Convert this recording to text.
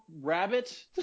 rabbit